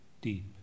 deep